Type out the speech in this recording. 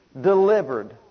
delivered